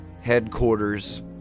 headquarters